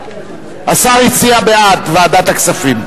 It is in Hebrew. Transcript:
השר הציע בעד ועדת הכספים.